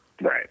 Right